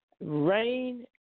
Rain